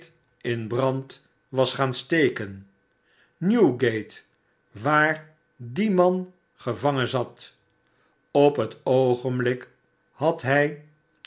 in brand was gaan steken newgate waar die man gevangen zat op het oogenblik had hij